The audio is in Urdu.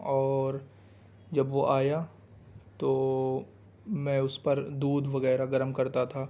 اور جب وہ آیا تو میں اس پر دودھ وغیرہ گرم کرتا تھا